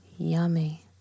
Yummy